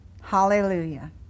Hallelujah